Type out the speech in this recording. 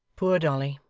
poor dolly!